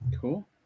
cool